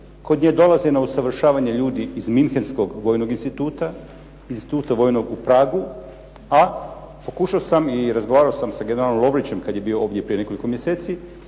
Kod nje dolaze na usavršavanje ljudi iz Munchenskog vojnog instituta, instituta vojnog u Pragu, a pokušao sam i razgovarao sa generalom Lovrićem kad je bio ovdje prije nekoliko mjeseci